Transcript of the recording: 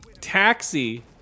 Taxi